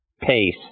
pace